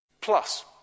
Plus